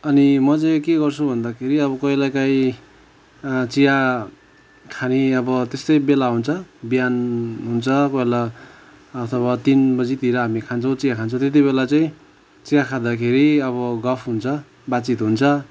अनि म चाहिँ के गर्छु भन्दाखेरि अब कहिले कहीँ चिया खाने अब त्यस्तै बेला हुन्छ बिहान हुन्छ कोही बेला अथवा तिन बजीतिर हामी खान्छौँ चिया खान्छौँ त्यति बेला चाहिँ चिया खाँदाखेरि अब गफ हुन्छ बातचित हुन्छ